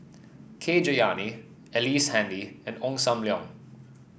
K Jayamani Ellice Handy and Ong Sam Leong